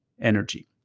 energy